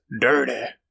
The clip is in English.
dirty